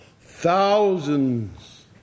thousands